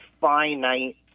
finite